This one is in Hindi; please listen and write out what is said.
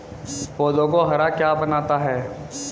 पौधों को हरा क्या बनाता है?